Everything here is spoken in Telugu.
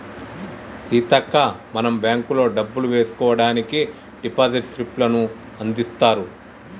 సీతక్క మనం బ్యాంకుల్లో డబ్బులు వేసుకోవడానికి డిపాజిట్ స్లిప్పులను అందిత్తారు